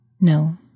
No